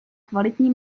kvalitní